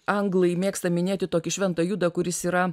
anglai mėgsta minėti tokį šventą judą kuris yra